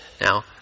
Now